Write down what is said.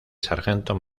sargento